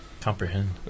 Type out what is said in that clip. comprehend